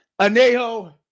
Anejo